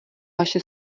vaše